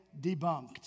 debunked